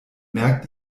merkt